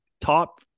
top